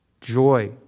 joy